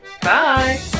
bye